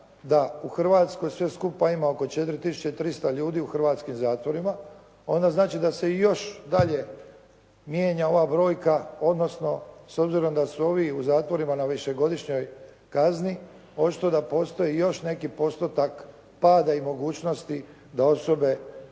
da u Hrvatskoj sve skupa ima oko 4300 ljudi u hrvatskim zatvorima onda znači da se još dalje mijenja ova brojka odnosno s obzirom da su ovi u zatvorima na višegodišnjoj kazni, očito da postoji još neki postupak pada i mogućnosti da osobe